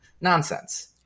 Nonsense